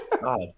God